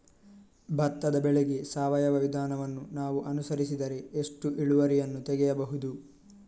ಭತ್ತದ ಬೆಳೆಗೆ ಸಾವಯವ ವಿಧಾನವನ್ನು ನಾವು ಅನುಸರಿಸಿದರೆ ಎಷ್ಟು ಇಳುವರಿಯನ್ನು ತೆಗೆಯಬಹುದು?